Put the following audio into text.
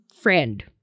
friend